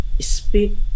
speak